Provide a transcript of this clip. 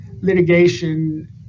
litigation